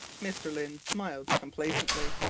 mr. lyne smiled complacently.